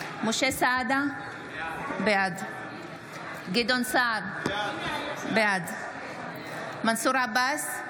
משה סעדה, בעד גדעון סער, בעד מנסור עבאס,